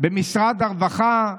במשרד הרווחה,